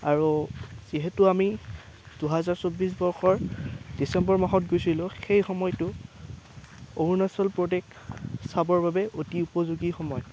আৰু যিহেতু আমি দুহেজাৰ চৌবিছ বৰ্ষৰ ডিচেম্বৰ মাহত গৈছিলোঁ সেই সময়টো অৰুণাচল প্ৰদেশ চাবৰ বাবে অতি উপযোগী সময়